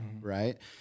Right